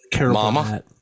mama